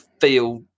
feel